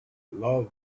love